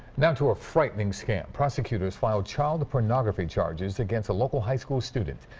now to a frightening scam, prosecutors filed child pornography charges against a local high school student.